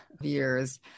years